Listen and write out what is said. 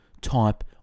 type